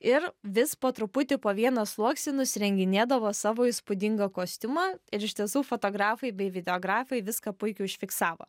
ir vis po truputį po vieną sluoksnį nusirenginėdavo savo įspūdingą kostiumą ir iš tiesų fotografai bei videografai viską puikiai užfiksavo